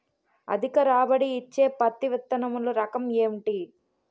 అధిక రాబడి ఇచ్చే పత్తి విత్తనములు రకం ఏంటి?